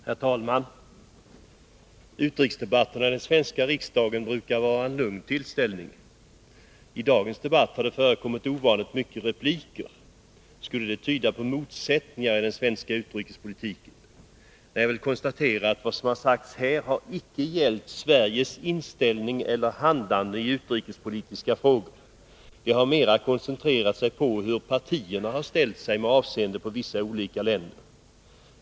Herr talman! Utrikesdebatterna i den svenska riksdagen brukar vara lugna tillställningar. I dagens debatt har det förekommit ovanligt många repliker. Skulle det tyda på motsättningar när det gäller den svenska utrikespolitiken? Nej, jag noterar att det som här har sagts icke har gällt Sveriges inställning eller handlande i utrikespolitiska frågor. Det har mera koncentrerat sig på hur partierna har ställt sig med avseende på vissa länder.